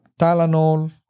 Tylenol